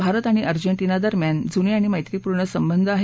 भारत आणि अर्जेटिना दरम्यान जुने आणि मैत्रीपूर्ण संबंध आहेत